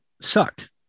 sucked